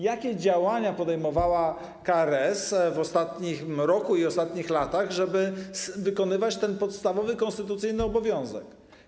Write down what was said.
Jakie działania podejmowała KRS w ostatnim roku i ostatnich latach, żeby wykonywać ten podstawowy, konstytucyjny obowiązek?